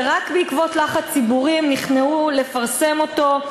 ורק בעקבות לחץ ציבורי הם נכנעו והסכימו לפרסם אותו,